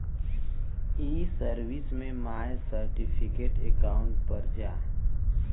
ई सर्विस में my certificate account पर जा